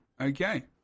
okay